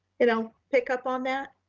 you know, pick up on that.